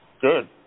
good